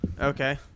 Okay